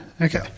Okay